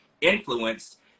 influenced